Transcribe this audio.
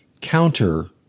counter